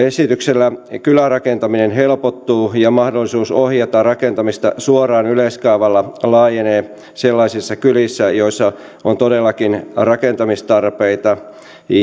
esityksellä kylärakentaminen helpottuu ja mahdollisuus ohjata rakentamista suoraan yleiskaavalla laajenee sellaisissa kylissä joissa on todellakin rakentamistarpeita